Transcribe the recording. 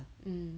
mm